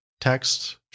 text